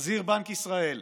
הזהיר בנק ישראל,